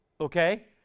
okay